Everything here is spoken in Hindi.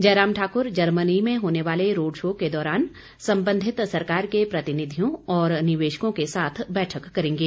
जयराम ठाक्र जर्मनी में होने वाले रोडशो के दौरान संबंधित सरकार के प्रतिनिधियों और निवेशकों के साथ बैठक करेंगे